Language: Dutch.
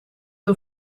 een